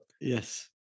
Yes